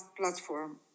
platform